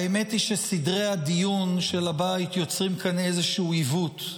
האמת היא שסדרי הדיון של הבית יוצרים כאן איזשהו עיוות.